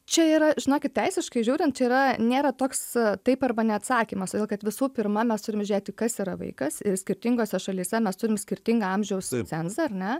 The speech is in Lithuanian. čia yra žinokit teisiškai žiūrint čia yra nėra toks taip arba ne atsakymas todėl kad visų pirma mes turime žiūrėti kas yra vaikas ir skirtingose šalyse mes turim skirtingą amžiaus cenzą ar ne